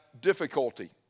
difficulty